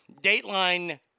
Dateline